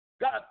God